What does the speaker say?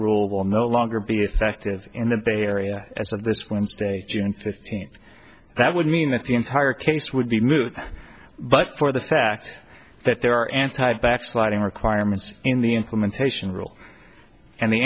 rule will no longer be effective in the bay area as of this wednesday june fifteenth that would mean that the entire case would be moot but for the fact that there are anti backsliding requirements in the implementation rule and the